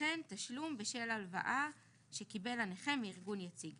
וכן תשלום בשל הלוואה שקיבל הנכה מארגון יציג.